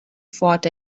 fought